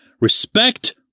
Respect